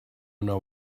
nova